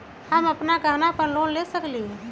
हम अपन गहना पर लोन ले सकील?